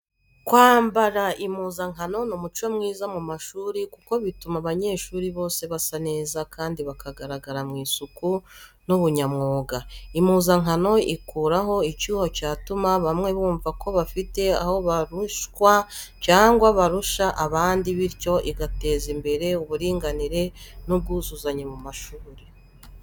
Kwambara impuzankano ni umuco mwiza mu mashuri kuko bituma abanyeshuri bose basa neza kandi bakagaragara mu isuku n’ubunyamwuga. Impuzankano ikuraho icyuho cyatuma bamwe bumva ko bafite aho barushwa cyangwa barusha abandi, bityo igateza imbere uburinganire n’ubwuzuzanye mu banyeshuri.